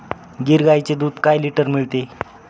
गीर गाईचे दूध काय लिटर मिळते?